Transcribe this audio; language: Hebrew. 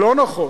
לא נכון,